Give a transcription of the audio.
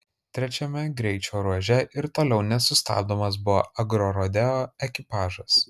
trečiame greičio ruože ir toliau nesustabdomas buvo agrorodeo ekipažas